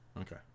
Okay